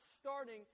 starting